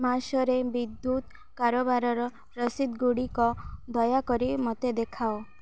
ମାସରେ ବିଦ୍ୟୁତ କାରବାରର ରସିଦ ଗୁଡ଼ିକ ଦୟାକରି ମୋତେ ଦେଖାଅ